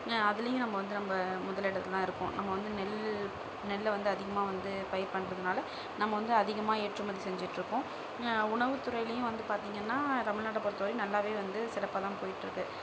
அதுலேயும் நம்ம வந்து நம்ம முதலிடத்தில் தான் இருக்கோம் நம்ம வந்து நெல் நெல்லில் வந்து அதிகமாக வந்து பயிர் பண்றதுனால் நம்ம வந்து அதிகமாக ஏற்றுமதி செஞ்சிட்டுருக்கோம் உணவுத்துறையிலேயும் வந்து பார்த்திங்கன்னா தமிழ்நாட்டை பொறுத்த வரைக்கும் நல்லாகவே வந்து சிறப்பாகதான் போயிட்டுருக்கு